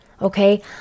Okay